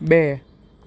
બે